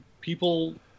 people